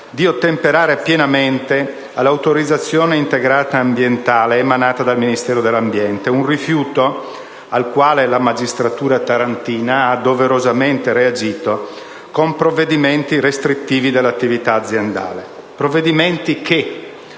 di ottemperare pienamente all'autorizzazione integrata ambientale, emanata dal Ministero dell'ambiente: un rifiuto al quale la magistratura tarantina ha doverosamente reagito con provvedimenti restrittivi dell'attività aziendale. Questi provvedimenti, ove